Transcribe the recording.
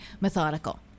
methodical